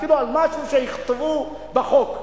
אפילו על משהו שיכתבו בחוק.